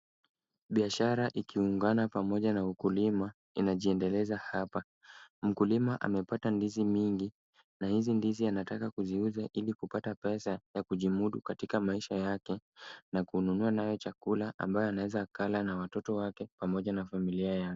Biashara ikiungana pamoja na ukulima inajiendeleza hapa. Mkulima amepata ndizi mingi, na hizi ndizi anataka kuziuza ili kupata pesa, ya kujimudu katika maisha yake, na kununua nayo chakula ambayo anaeza akala na watoto wake, pamoja na familia yake.